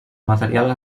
material